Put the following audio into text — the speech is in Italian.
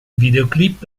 videoclip